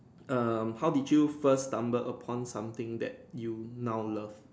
um how do you first stumble upon something that you now love